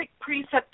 precept